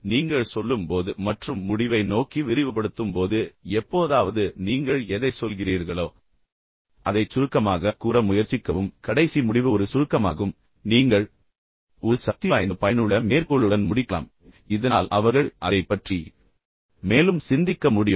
நீங்கள் சொல்லும்போது மற்றும் முடிவை நோக்கி விரிவுபடுத்தும்போது எப்போதாவது நீங்கள் எதைச் சொல்கிறீர்களோ அதைச் சுருக்கமாகக் கூற முயற்சிக்கவும் கடைசி முடிவு உண்மையில் ஒரு சுருக்கமாகும் பின்னர் நீங்கள் ஒரு சக்திவாய்ந்த பயனுள்ள மேற்கோளுடன் முடிக்கலாம் இதனால் அவர்கள் அதைப் பற்றி மேலும் சிந்திக்க முடியும்